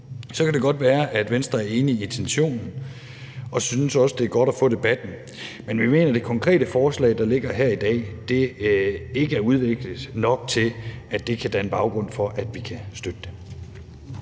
kan det godt være, at Venstre er enig i intensionen og også synes, at det er godt at få debatten, men vi mener, at det konkrete forslag, der foreligger her i dag, ikke er udviklet nok til at kunne danne baggrund for, at vi kan støtte det.